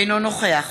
אינו נוכח